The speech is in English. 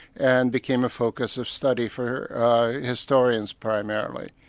and became a focus of study for historians primarily.